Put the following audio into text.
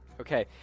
Okay